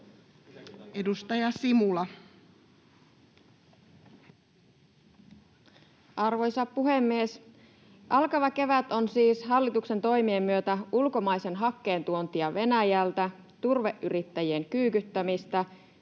Content: Arvoisa puhemies! Alkava kevät on siis hallituksen toimien myötä ulkomaisen hakkeen tuontia Venäjältä, turveyrittäjien kyykyttämistä,